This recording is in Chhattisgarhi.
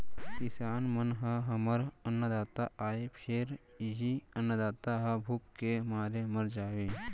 किसान मन ह हमर अन्नदाता आय फेर इहीं अन्नदाता ह भूख के मारे मर जावय